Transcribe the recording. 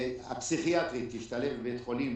הפסיכיאטרית תשתלב בבית החולים,